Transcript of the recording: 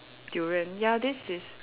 durian ya this is